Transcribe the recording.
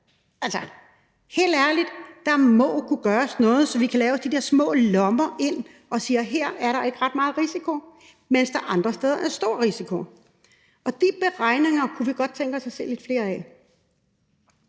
helt ærligt, der må kunne gøres noget, så vi kan lave de der små lommer og sige, at her er der ikke ret meget risiko, mens der andre steder er stor risiko. De beregninger kunne vi godt tænke os at se lidt flere af.